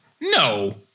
No